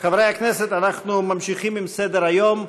חברי הכנסת, אנחנו ממשיכים בסדר-היום.